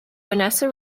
vanessa